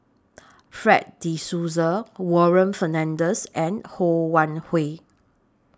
Fred De Souza Warren Fernandez and Ho Wan Hui